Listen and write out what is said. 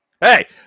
Hey